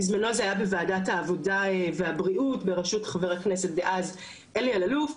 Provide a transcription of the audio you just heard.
בזמנו זה היה בוועדת העבודה והבריאות בראשות חבר הכנסת דאז אלי אלאלוף,